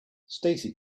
stacey